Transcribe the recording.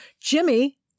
Jimmy